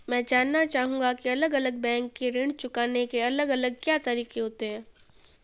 मैं जानना चाहूंगा की अलग अलग बैंक के ऋण चुकाने के अलग अलग क्या तरीके होते हैं?